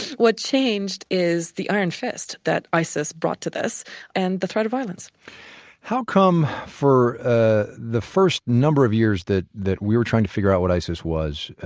what changed is the iron fist that isis brought to this and the threat of violence how come for ah the first number of years that that we were trying to figure out what isis was,